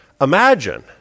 Imagine